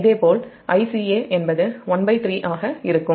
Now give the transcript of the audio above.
இதேபோல் Ica என்பது 13 ஆக இருக்கும்